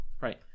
Right